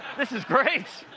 this is great'.